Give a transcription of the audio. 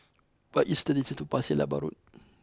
what is the distance to Pasir Laba Road